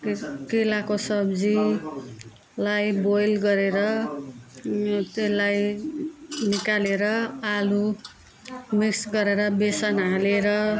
के केलाको सब्जीलाई बोइल गरेर त्यसलाई निकालेर आलु मिक्स गरेर बेसन हालेर